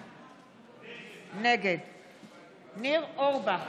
נגד ניר אורבך,